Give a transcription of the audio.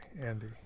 Andy